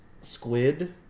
Squid